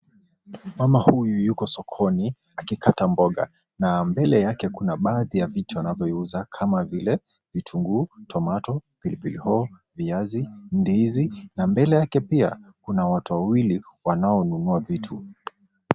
Mama huyu yuko sokoni akikata mboga, na mbele yake kuna baadhi ya vitu anavyoviuza kama vile vitunguu, tomato , pilipili hoho, viazi, ndizi na mbele yake pia, kuna watu wawili wanaonunua vitu.